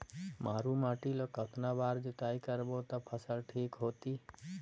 मारू माटी ला कतना बार जुताई करबो ता फसल ठीक होती?